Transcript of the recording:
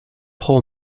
whole